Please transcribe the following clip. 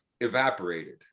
evaporated